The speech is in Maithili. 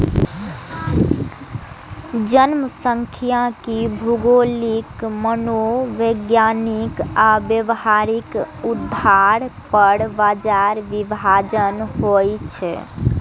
जनखांख्यिकी भौगोलिक, मनोवैज्ञानिक आ व्यावहारिक आधार पर बाजार विभाजन होइ छै